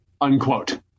unquote